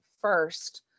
first